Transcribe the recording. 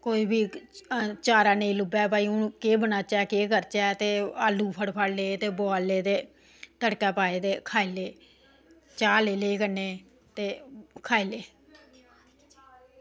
कोई बी चारा नेईं लब्भै हून केह् बनाचै ते केह् करचै ते आलू फटाफट लै ते बोआले तड़कै पाए ते खाई ले चाह् लेई लेई ते कन्नै खाई ले